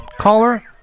caller